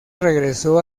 regresó